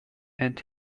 and